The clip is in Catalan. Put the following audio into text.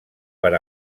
per